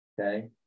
okay